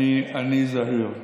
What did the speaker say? אני זהיר.